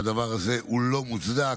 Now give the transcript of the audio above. והדבר הזה הוא לא מוצדק,